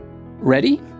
Ready